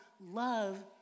love